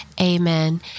Amen